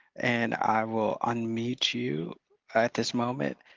and i will unmute you at this moment,